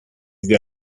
sie